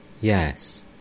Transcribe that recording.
Yes